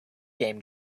game